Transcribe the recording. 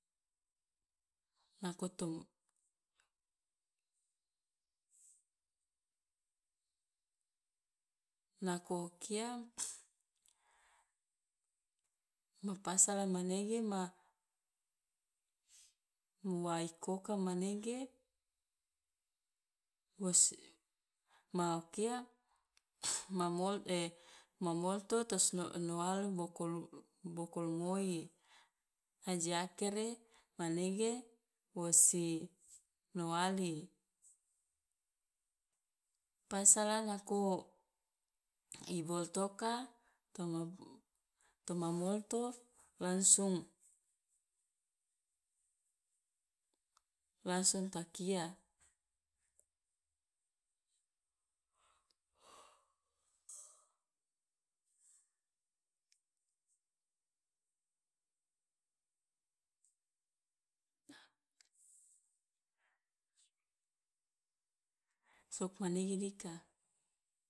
Nako tom- nako o kia ma pasala manege ma waikoka manege wosi ma o kia ma mol- ma molto to si noalu bokol ngoi, aje akere manege wosi noali pasala nako i boltoka toma toma molto langsung langsung ta kia sugmanege dika.